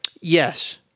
Yes